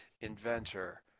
inventor